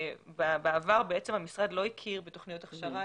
בעבר המשרד לא הכיר בתוכניות הכשרה,